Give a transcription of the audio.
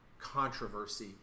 controversy